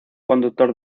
conductor